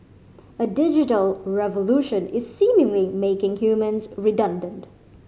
a digital revolution is seemingly making humans redundant